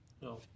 No